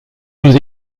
nous